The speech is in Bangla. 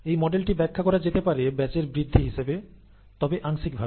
এই মডেলটি ব্যাখ্যা করা যেতে পারে ব্যাচের বৃদ্ধি হিসেবে তবে আংশিকভাবে